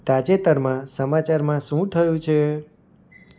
તાજેતરમાં સમાચારમાં શું થયું છે